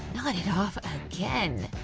nodded off again.